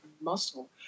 muscle